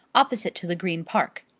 opposite to the green park.